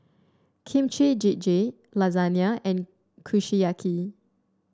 Kimchi Jjigae Lasagne and Kushiyaki